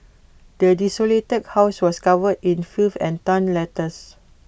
the desolated house was covered in filth and torn letters